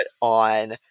on